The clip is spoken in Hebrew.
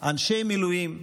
אנשי מילואים,